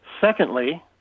Secondly